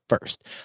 first